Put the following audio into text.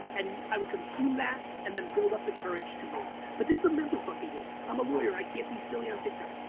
and i would consume that, and then build up the courage to me. but this is a mental fuck in here. i'm a lawyer, i can't be silly on tiktok.